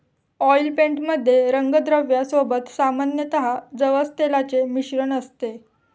oil paint मध्ये रंगद्रव्या सोबत सामान्यतः जवस तेलाचे मिश्रण असते